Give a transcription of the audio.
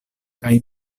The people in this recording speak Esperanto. kaj